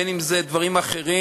בין שזה דברים אחרים.